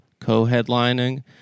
Co-headlining